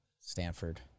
Stanford